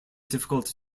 difficult